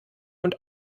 und